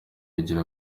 yegera